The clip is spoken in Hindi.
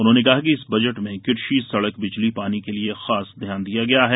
उन्होंने कहा कि इस बजट में कृषि सड़क बिजली पानी के लिए खास ध्यान दिया गया है